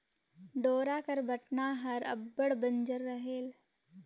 डोरा कर बटना हर अब्बड़ बंजर रहेल